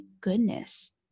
goodness